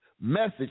Message